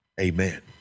amen